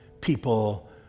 people